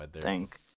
Thanks